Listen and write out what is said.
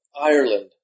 Ireland